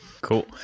cool